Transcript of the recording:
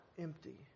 empty